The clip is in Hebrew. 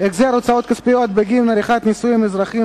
החזר הוצאות כספיות בגין עריכת נישואין אזרחיים